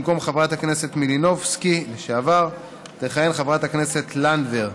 במקום חברת הכנסת לשעבר מלינובסקי תכהן חברת הכנסת לנדבר.